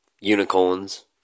unicorns